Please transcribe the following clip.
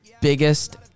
biggest